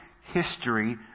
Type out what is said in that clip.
history